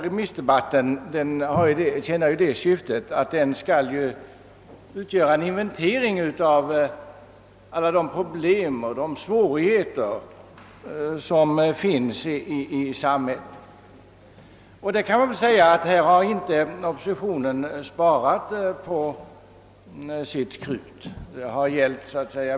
Remissdebatten tjänar det syftet att den skall utgöra en inventering av alla de problem och svårigheter som finns i samhället. Härvidlag har oppositionen inte sparat på sitt krut.